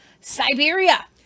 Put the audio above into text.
siberia